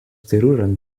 teruran